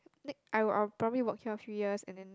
like I will probably work here three years and then